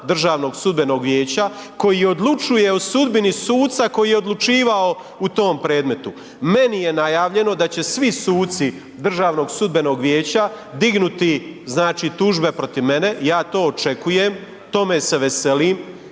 Državnog sudbenog vijeća koji odlučuje o sudbini suca koji je odlučivao u tom predmetu. Meni je najavljeno da će svi suci DSV-a dignuti znači tužbe protiv mene, ja to očekujem, tome se veselim